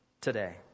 today